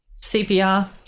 CPR